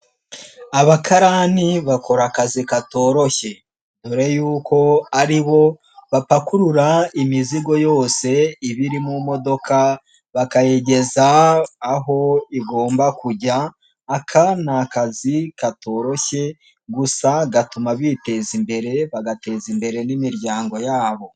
Abakarani bakora akazi katoroshye dore y'uko ari bo bapakurura imizigo yose iba iri mu modoka bakayigeza aho igomba kujya, aka ni akazi katoroshye gusa gatuma biteza imbere bagateza imbere n'imiryango yabo.